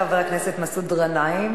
חבר הכנסת מסעוד ע'נאים,